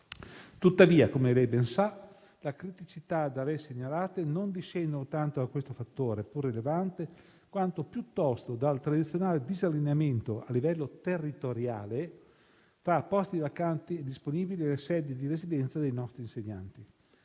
Tuttavia, come ben sa, le criticità da lei segnalate non discendono tanto da questo fattore, pur rilevante, quanto piuttosto dal tradizionale disallineamento, a livello territoriale, tra i posti vacanti e disponibili e le sedi di residenza dei nostri insegnanti.